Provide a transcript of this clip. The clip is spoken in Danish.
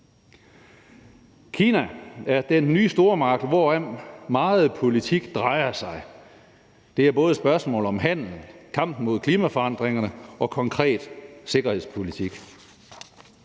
Kina er den nye stormagt, om hvem meget politik drejer sig. Det er både et spørgsmål om handel, kampen mod klimaforandringerne og konkret sikkerhedspolitik.